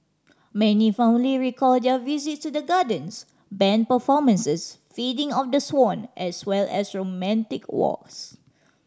many fondly recalled their visit to the gardens band performances feeding of the swan as well as romantic walks